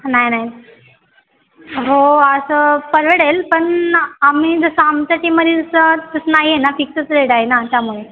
नाही नाही हो असं परवडेल पण आम्ही जसं आमच्या टीममध्ये जसं तसं नाही आहे ना फिक्सच रेट आहे ना त्यामुळे